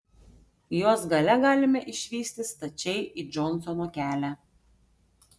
jos gale galima išlįsti stačiai į džonsono kelią